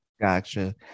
gotcha